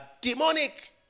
demonic